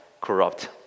corrupt